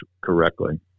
correctly